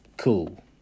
cool